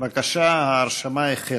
בבקשה, ההרשמה החלה.